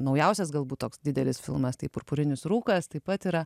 naujausias galbūt toks didelis filmas tai purpurinis rūkas taip pat yra